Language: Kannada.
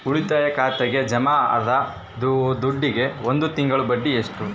ಉಳಿತಾಯ ಖಾತೆಗೆ ಜಮಾ ಆದ ದುಡ್ಡಿಗೆ ಒಂದು ತಿಂಗಳ ಬಡ್ಡಿ ಎಷ್ಟು?